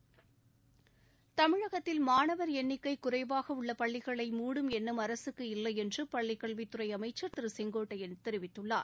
தமிழகத்தில் மாணவர் எண்ணிக்கை குறைவாக உள்ள பள்ளிகளை மூடும் எண்ணம் அரசுக்கு இல்லை என்று பள்ளிக் கல்வித்துறை அமைச்சர் திரு செங்கோட்டையன் தெரிவித்துள்ளார்